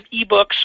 eBooks